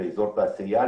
לאזור תעשייה,